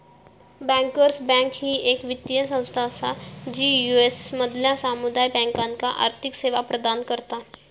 bankers bank ही येक वित्तीय संस्था असा जी यू.एस मधल्या समुदाय बँकांका आर्थिक सेवा प्रदान करता